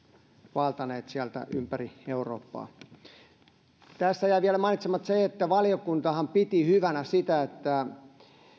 vaeltaneet sieltä ympäri eurooppaa tässä jäi vielä mainitsematta se että valiokuntahan piti hyvänä sitä että